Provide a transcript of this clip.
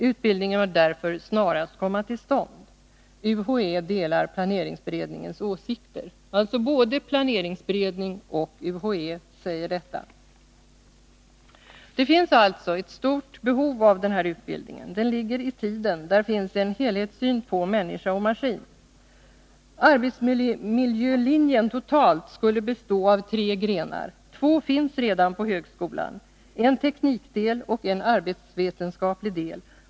Utbildningen bör därför snarast komma till stånd. UHÄ delar planeringsberedningens åsikter.” Både planeringsberedningen och UHÄ säger detta. Det finns således ett stort behov av den här utbildningen. Den ligger i tiden — där finns en helhetssyn på människa och maskin. Arbetsmiljölinjen skulle totalt bestå av tre grenar. Två finns redan på högskolan: en teknisk del och en arbetsvetenskaplig del.